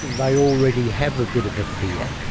they already have a bit of fear.